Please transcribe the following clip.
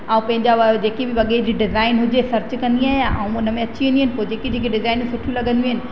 ऐं पंहिंजा जेकी वॻे जी डिज़ाइन हुजे सर्च कंदी आहियां ऐं उन में अची वेंदी आहे जेकी जेकी डिज़ाइन सुठियूं लॻंदियूं आहिनि